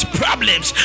problems